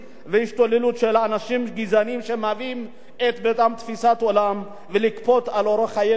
גזעניים שמביאים תפיסת עולם ולכפות על אורח חיינו בחברה ישראלית.